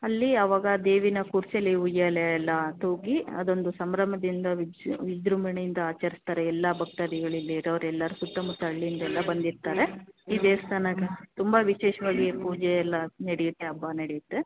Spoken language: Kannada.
ಅಲ್ಲಿ ಆವಾಗ ದೇವಿನ ಕೂರಿಸಿ ಅಲ್ಲಿ ಉಯ್ಯಾಲೆ ಎಲ್ಲ ತೂಗಿ ಅದೊಂದು ಸಂಭ್ರಮದಿಂದ ವಿಜ ವಿಜೃಂಭಣೆಯಿಂದ ಆಚರ್ಸ್ತಾರೆ ಎಲ್ಲ ಭಕ್ತಾದಿಗಳಿಲ್ಲಿರೋವ್ರೆಲ್ಲರು ಸುತ್ತಮುತ್ತ ಹಳ್ಳಿಯಿಂದೆಲ್ಲ ಬಂದಿರ್ತಾರೆ ಈ ದೇವಸ್ಥಾನಗ ತುಂಬ ವಿಶೇಷವಾಗಿ ಪೂಜೆ ಎಲ್ಲ ನಡಿಯುತ್ತೆ ಹಬ್ಬ ನಡಿಯುತ್ತೆ